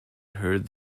heard